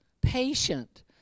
patient